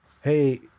hey